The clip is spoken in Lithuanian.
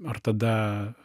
ar tada